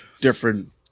different